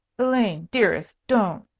elaine dearest don't.